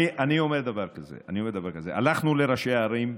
אני אומר דבר כזה: הלכנו לראשי הערים,